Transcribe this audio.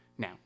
Now